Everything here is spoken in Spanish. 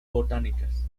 botánicas